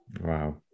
Wow